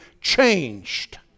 changed